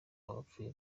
abapfuye